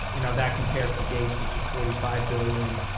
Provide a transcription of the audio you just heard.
you know, that compares to gates, which is forty five billion.